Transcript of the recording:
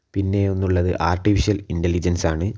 പിന്നെ ഒന്നുള്ളത് artificial intelligence ആണ്